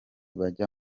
bajya